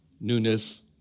newness